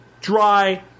dry